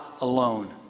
alone